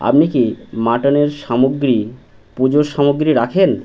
আপনি কি মাটনের সামগ্রী পুজোর সামগ্রী রাখেন